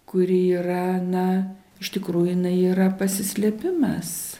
kuri yra na iš tikrųjų jinai yra pasislėpimas